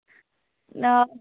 ना